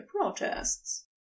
protests